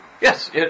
Yes